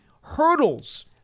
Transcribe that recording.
hurdles